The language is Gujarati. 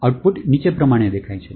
આઉટપુટ નીચે પ્રમાણે દેખાય છે